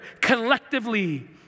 collectively